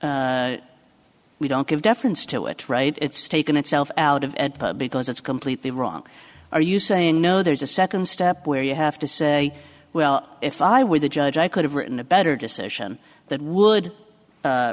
we don't give deference to it right it's taken itself out of because it's completely wrong are you saying no there's a second step where you have to say well if i were the judge i could have written a better decision that would